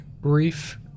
brief